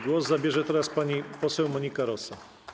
Głos zabierze teraz pani poseł Monika Rosa.